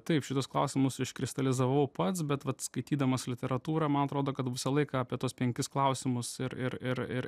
taip šituos klausimus iškristalizavau pats bet vat skaitydamas literatūrą man atrodo kad visą laiką apie tuos penkis klausimus ir ir ir ir